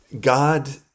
God